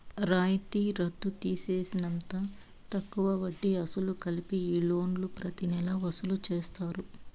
రాయితీ రద్దు తీసేసినంత తక్కువ వడ్డీ, అసలు కలిపి ఈ లోన్లు ప్రతి నెలా వసూలు చేస్తారు